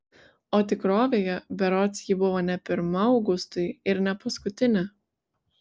o tikrovėje berods ji buvo ne pirma augustui ir ne paskutinė